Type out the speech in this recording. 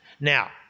Now